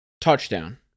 Touchdown